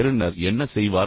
பெறுநர் என்ன செய்வார்